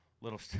little